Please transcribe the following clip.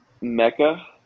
Mecca